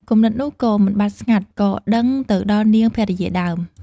គំនិតនោះមិនបាត់ស្ងាត់ ក៏ដឹងទៅដល់នាង ភរិយាដើម ។